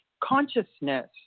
consciousness